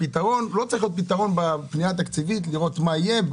הפתרון לא צריך להיות פתרון בפנייה התקציבית לראות מה יהיה.